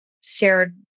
shared